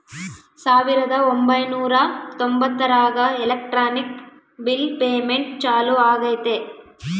ಸಾವಿರದ ಒಂಬೈನೂರ ತೊಂಬತ್ತರಾಗ ಎಲೆಕ್ಟ್ರಾನಿಕ್ ಬಿಲ್ ಪೇಮೆಂಟ್ ಚಾಲೂ ಆಗೈತೆ